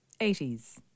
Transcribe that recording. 80s